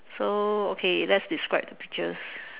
so okay let's describe the pictures